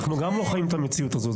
גם אנחנו לא חיים את המציאות הזאת.